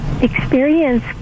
experience